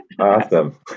Awesome